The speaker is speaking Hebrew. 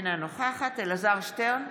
אינה נוכחת אלעזר שטרן,